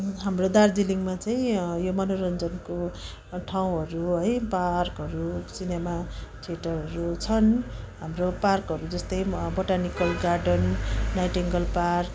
हाम्रो दार्जिलिङमा चाहिँ यो मनोरञ्जनको ठाउँहरू है पार्कहरू सिनेमा थिएटरहरू छन् हाम्रो पार्कहरू जस्तै बोटानिकल गार्डन नाइटिङ्गेल पार्क